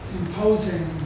imposing